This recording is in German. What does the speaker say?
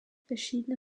verschiedene